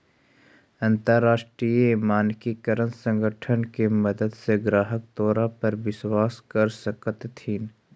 अंतरराष्ट्रीय मानकीकरण संगठन के मदद से ग्राहक तोरा पर विश्वास कर सकतथीन